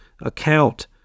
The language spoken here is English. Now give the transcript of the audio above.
account